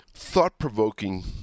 thought-provoking